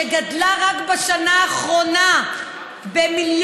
שגדלה רק בשנה האחרונה במיליונים,